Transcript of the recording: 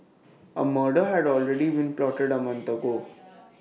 A murder had already been plotted A month ago